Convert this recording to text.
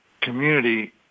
community